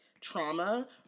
trauma